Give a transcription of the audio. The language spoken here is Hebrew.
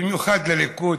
במיוחד לליכוד,